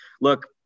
look